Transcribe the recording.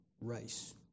race